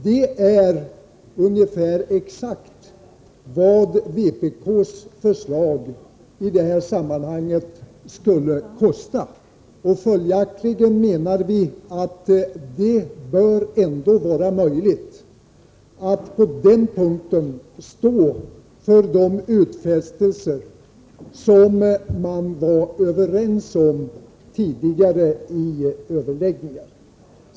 Det är nästan precis vad vpk:s förslag i det här sammanhanget skulle kosta, och följaktligen menar vi att det ändå bör vara möjligt att på den punkten stå för de utfästelser som man var överens om tidigare i överläggningarna.